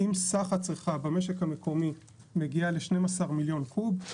אם סך הצריכה במשק המקומי מגיע ל-12 מיליון קוב,